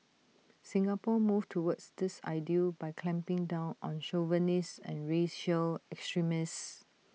Singapore moved towards this ideal by clamping down on chauvinists and racial extremists